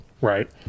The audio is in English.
Right